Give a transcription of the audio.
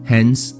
Hence